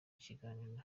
ikiganiro